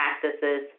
practices